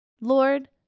Lord